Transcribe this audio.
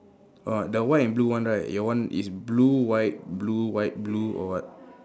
orh the white and blue one right your one is blue white blue white blue or what